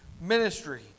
ministry